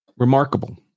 Remarkable